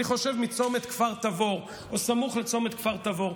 אני חושב מצומת כפר תבור או סמוך לצומת כפר תבור.